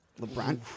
LeBron